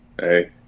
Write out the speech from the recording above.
Hey